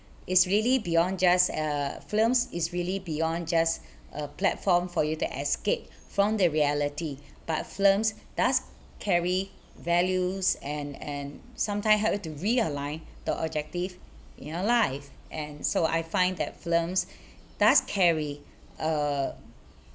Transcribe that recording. it's really beyond just uh films is really beyond just a platform for you to escape from the reality but films does carry values and and sometime help you to realign the objective in your life and so I find that films does carry uh